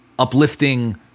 uplifting